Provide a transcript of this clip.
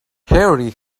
harry